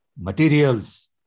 materials